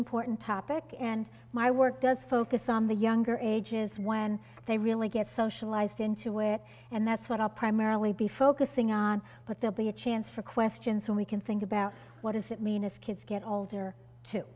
important topic and my work does focus on the younger ages when they really get socialised into it and that's what are primarily be focusing on but there be a chance for questions and we can think about what does it mean if kids get older too